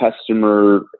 customer